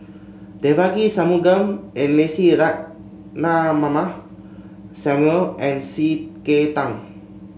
Devagi Sanmugam and Lucy Ratnammah Samuel and C K Tang